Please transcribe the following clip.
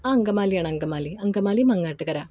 ആ അങ്കമാലി ആണ് അങ്കമാലി അങ്കമാലി മങ്ങാട്ടുകര